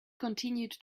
continued